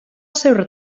seu